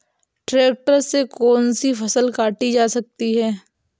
Tractor से कौन सी फसल काटी जा सकती हैं?